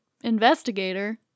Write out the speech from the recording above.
investigator